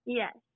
yes